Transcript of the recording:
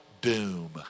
doom